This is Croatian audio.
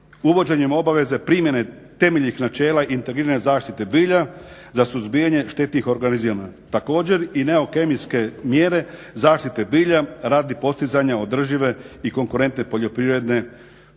uvođenjem obaveze primjene temeljenih načela integrirane zaštite bilja za suzbijanje štetnih organizama. Također i neokemijske mjere zaštite bilja radi postizanja održive i konkurentne poljoprivredne proizvodnje.